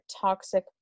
toxic